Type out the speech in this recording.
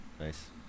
Nice